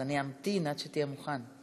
אז אמתין עד שתהיה מוכן.